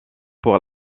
pour